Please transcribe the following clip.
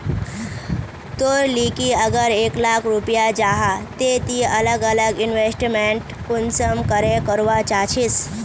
तोर लिकी अगर एक लाख रुपया जाहा ते ती अलग अलग इन्वेस्टमेंट कुंसम करे करवा चाहचिस?